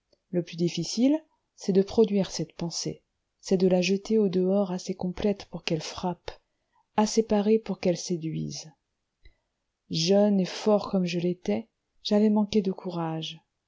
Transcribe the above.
le plus difficile c'est de produire cette pensée c'est de la jeter au dehors assez complète pour qu'elle frappe assez parée pour qu'elle séduise jeune et fort comme je l'étais j'avais manqué de courage